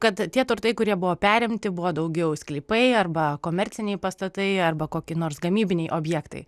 kad tie turtai kurie buvo perimti buvo daugiau sklypai arba komerciniai pastatai arba kokie nors gamybiniai objektai